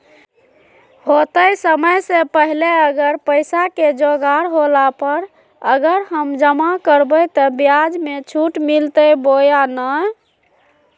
होतय समय से पहले अगर पैसा के जोगाड़ होला पर, अगर हम जमा करबय तो, ब्याज मे छुट मिलते बोया नय?